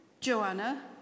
Joanna